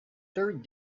third